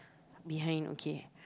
behind okay